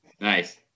nice